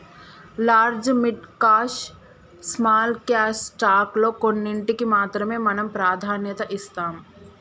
large mid cash small cash stock లో కొన్నింటికీ మాత్రమే మనం ప్రాధాన్యత ఇస్తాం